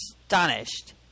astonished